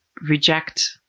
reject